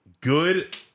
good